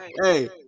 hey